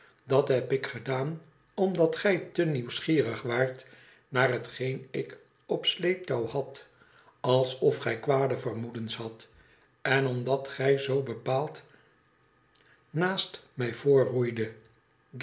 dat heb ik gedaan omdat gij te nieuwsgierig waart naar hetgeen ik op sleeptouw had alsof gij kwade vermoedens had en omdat gij zoo bepaald naast mij